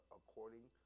according